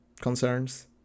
concerns